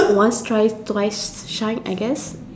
once try twice shy I guess